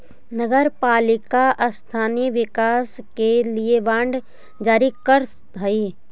नगर पालिका स्थानीय विकास के लिए बांड जारी करऽ हई